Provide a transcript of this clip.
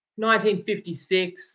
1956